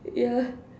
yeah